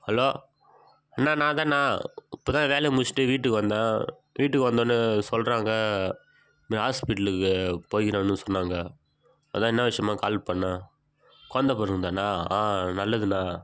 hello அண்ணா நான் தாண்ணா இப்போ தான் வேலையை முடிச்சுட்டு வீட்டுக்கு வந்தேன் வீட்டுக்கு வந்தவுன்னே சொல்கிறாங்க இந்த மாதிரி ஹாஸ்பிட்டலுக்கு போயிருக்கிறான்னு சொன்னாங்க அதுதான் என்ன விஷயமாக கால் பண்ணிணேன் குழந்த பிறந்தண்ணா ஆ நல்லதுண்ணா